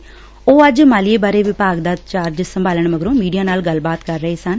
ਉਨੂਾਂ ਅੱਜ ਮਾਲੀਏ ਬਾਰੇ ਵਿਭਾਗ ਦਾ ਚਾਰਜ ਸੰਭਾਲਣ ਮਗਰੋਂ ਮੀਡੀਆ ਨਾਲ ਗੱਲਬਾਤ ਕਰ ਰਹੇ ਸਨ